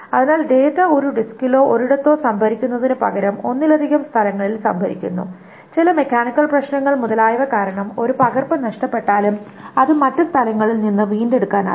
അതിനാൽ ഡാറ്റ ഒരു ഡിസ്കിലോ ഒരിടത്തോ സംഭരിക്കുന്നതിനുപകരം ഒന്നിലധികം സ്ഥലങ്ങളിൽ സംഭരിക്കുന്നു ചില മെക്കാനിക്കൽ പ്രശ്നങ്ങൾ മുതലായവ കാരണം ഒരു പകർപ്പ് നഷ്ടപ്പെട്ടാലും അത് മറ്റ് സ്ഥലങ്ങളിൽ നിന്ന് വീണ്ടെടുക്കാനാകും